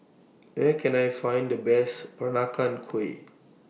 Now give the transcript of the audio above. Where Can I Find The Best Peranakan Kueh